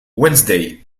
wednesday